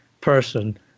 person